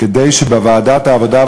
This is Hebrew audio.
כדי שבוועדת העבודה,